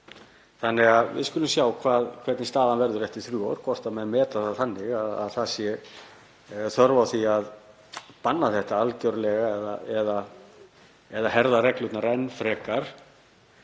þannig að við skulum sjá hver staðan verður eftir þrjú ár, hvort menn meta það þannig að þörf sé á því að banna þetta algjörlega eða herða reglurnar enn frekar.